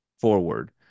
forward